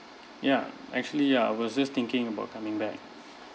ya actually I was just thinking about coming back